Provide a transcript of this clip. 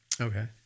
Okay